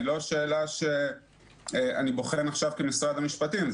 לא שאלה שאני בוחן עכשיו כמשרד המשפטים,